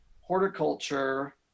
horticulture